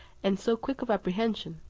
and so quick of apprehension,